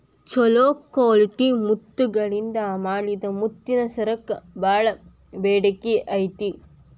ಚೊಲೋ ಕ್ವಾಲಿಟಿ ಮುತ್ತಗಳಿಂದ ಮಾಡಿದ ಮುತ್ತಿನ ಸರಕ್ಕ ಬಾಳ ಬೇಡಿಕೆ ಐತಿ